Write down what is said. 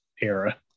era